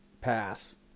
pass